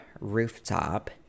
rooftop